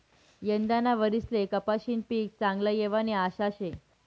यंदाना वरीसले कपाशीनं पीक चांगलं येवानी आशा शे